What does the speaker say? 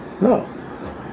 No